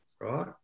right